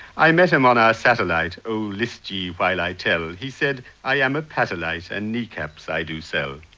i met him on our satellite, oh list ye while i tell he said, i am a patellite, and kneecaps i do so